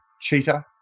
Cheetah